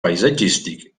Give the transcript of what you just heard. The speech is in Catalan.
paisatgístic